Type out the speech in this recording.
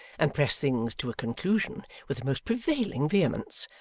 and press things to a conclusion with a most prevailing vehemence.